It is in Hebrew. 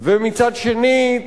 ומצד שני,